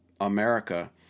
America